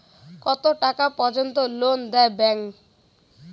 কত টাকা পর্যন্ত লোন দেয় ব্যাংক?